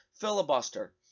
filibuster